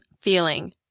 feeling